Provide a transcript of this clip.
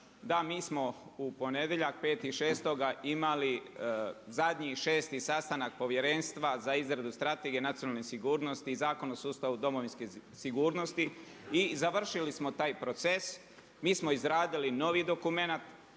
da mi smo u ponedjeljak, 5.6 imali zadnji šesti sastanak povjerenstva za izradu Strategije nacionalne sigurnosti i Zakon o sustavu domovinske sigurnosti i završili smo taj proces, mi smo izradili novi dokumenat,